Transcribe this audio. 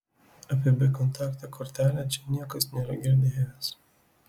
apie bekontaktę kortelę čia niekas nėra girdėjęs